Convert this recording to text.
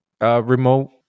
remote